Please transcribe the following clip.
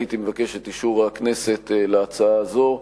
אני הייתי מבקש את אישור הכנסת להצעה הזו,